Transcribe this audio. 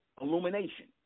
illumination